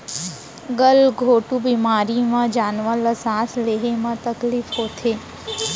गल घोंटू बेमारी म जानवर ल सांस लेहे म तकलीफ होथे